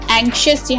anxious